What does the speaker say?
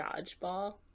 dodgeball